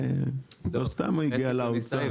לא סתם הוא הגיע לאוצר.